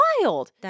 wild